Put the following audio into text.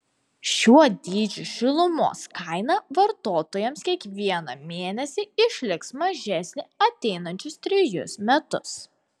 šiuo dydžiu šilumos kaina vartotojams kiekvieną mėnesį išliks mažesnė ateinančius trejus metus